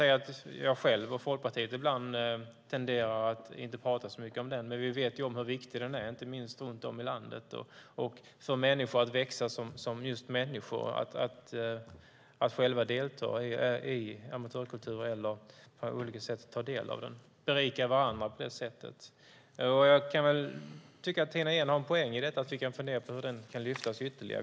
Jag själv och Folkpartiet tenderar ibland att inte tala så mycket om den. Men vi vet hur viktig den är, inte minst runt om i landet. Den är viktig för att få människor att växa som just människor genom att själva delta i amatörkultur eller på olika sätt ta del av dem. Man berikar varandra på detta sätt. Jag kan tycka att Tina Ehn har en poäng i hur detta kan lyftas fram ytterligare.